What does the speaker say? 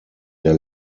der